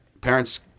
Parents